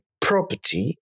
property